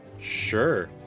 Sure